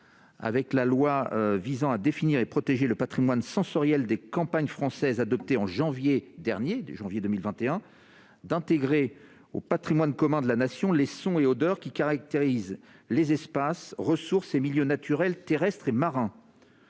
avec la loi visant à définir et protéger le patrimoine sensoriel des campagnes françaises, adoptée en janvier 2021, d'intégrer au patrimoine commun de la Nation « les sons et odeurs qui caractérisent les espaces, ressources et milieux naturels terrestres et marins